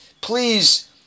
please